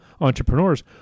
entrepreneurs